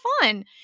fun